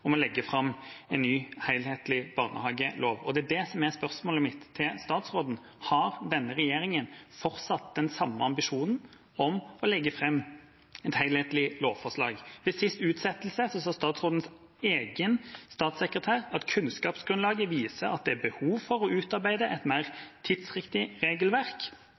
om å legge fram en ny, helhetlig barnehagelov. Det er det som er spørsmålet mitt til statsråden: Har denne regjeringa fortsatt den samme ambisjonen om å legge fram et helhetlig lovforslag? Ved siste utsettelse sa statsrådens egen statssekretær at kunnskapsgrunnlaget viser at det er behov for å utarbeide et mer tidsriktig regelverk,